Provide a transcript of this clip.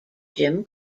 jim